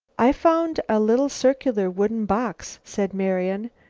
i've found a little circular wooden box, said marian.